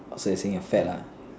so you're saying you're fat